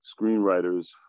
screenwriters